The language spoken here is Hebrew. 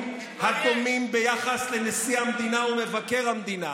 הדומים ביחס לנשיא המדינה ומבקר המדינה.